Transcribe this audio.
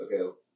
Okay